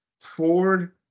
Ford